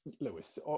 Lewis